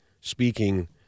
speaking